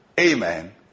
Amen